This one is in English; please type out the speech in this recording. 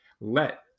Let